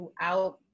throughout